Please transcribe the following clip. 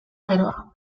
geroa